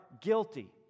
guilty